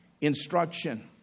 instruction